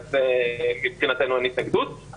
מבחינתנו אין התנגדות.